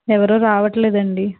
ఎవరు రావట్లేదండి